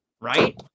right